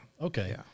Okay